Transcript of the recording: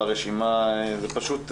אפס תלונות,